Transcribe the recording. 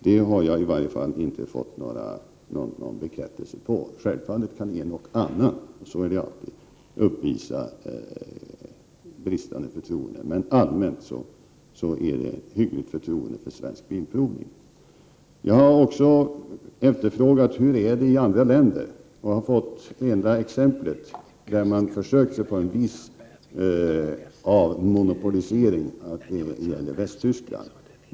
Självfallet kan en och annan — så är det alltid — hysa ett bristande förtroende, men rent allmänt sett är förtroendet för Svensk Bilprovning hyggligt. Jag har också frågat efter hur det är i andra länder. Jag har fått ett enda exempel där man försökt sig på en viss avmonopolisering, nämligen Västtyskland.